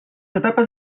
etapes